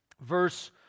verse